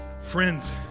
Friends